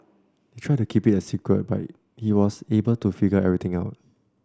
they tried to keep it a secret but he was able to figure everything out